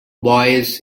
boys